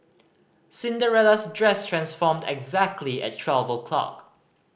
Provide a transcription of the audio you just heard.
Cinderella's dress transformed exactly at twelve o'clock